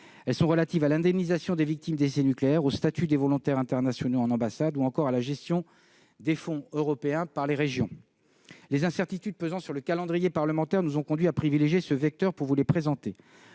Elles sont relatives à l'indemnisation des victimes d'essais nucléaires, au statut des volontaires internationaux en ambassade ou encore à la gestion des fonds européens par les régions. Les incertitudes pesant sur le calendrier parlementaire nous ont conduits à privilégier ce vecteur pour vous les présenter.